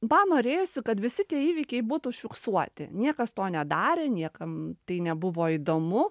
ba norėjosi kad visi tie įvykiai būtų užfiksuoti niekas to nedarė niekam tai nebuvo įdomu